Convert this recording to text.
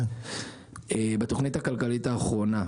בתכנית הכלכלית האחרונה,